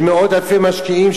כלפי מאות אלפי משקיעים,